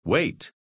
Wait